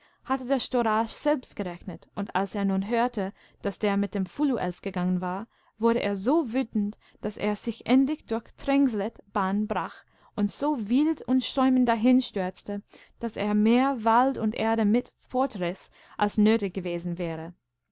hatte der storaa selbst gerechnet und als er nun hörte daß der mit dem fuluelf gegangen war wurde er so wütend daß er sich endlich durch trängslet bahn brach und so wild und schäumend dahinstürzte daß er mehr wald und erde mit fortriß als nötig gewesen wäre